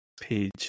page